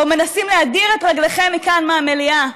או מנסים להדיר את רגליכם מכאן, מהמליאה.